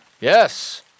Yes